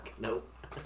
Nope